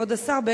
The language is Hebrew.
כבוד השר,